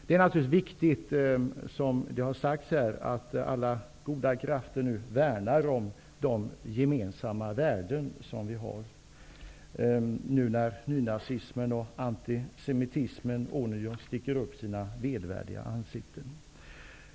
Det är naturligtvis viktigt att, som det har sagts här, alla goda krafter värnar om de gemensamma värden som vi har, nu när nynazismen och antisemitismen ånyo sticker upp sina vedervärdiga ansikten.